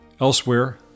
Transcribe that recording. Elsewhere